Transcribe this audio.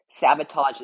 sabotages